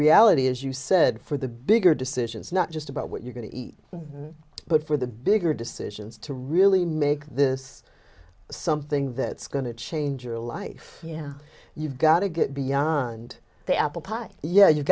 reality is you said for the bigger decisions not just about what you're going to eat but for the bigger decisions to really make this something that's going to change your life yeah you've got to get beyond the apple pie yeah you